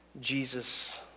Jesus